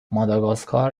ماداگاسکار